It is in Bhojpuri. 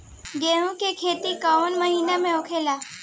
गेहूँ के खेती कवना महीना में होला?